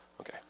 Okay